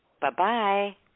Bye-bye